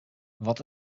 wat